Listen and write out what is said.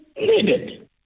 needed